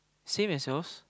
same as yours